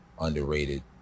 underrated